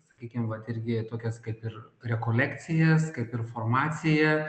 sakykim vat irgi tokias kaip ir rekolekcijas kaip ir formaciją